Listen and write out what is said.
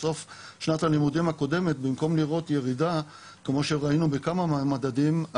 בסוף שנת הלימודים הקודמת במקום לראות ירידה כמו שראינו בכמה מדדים,